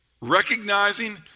recognizing